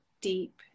deep